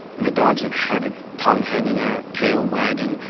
and the dog's in heaven, tongue hanging out, tail wagging,